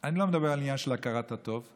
אני לא מדבר על העניין של הכרת הטוב,